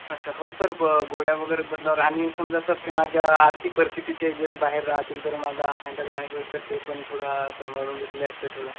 अच्छा हो सर प गोळ्या वगैरे बदलावर आणि समजा सर ते माझ्या आर्थिक परिस्थितीच्याही जरी बाहेर राहतील तर मला हॅन्डल नाही होईल सर ते पण थोडा संभाळून घेतले असते थोडा